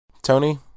Tony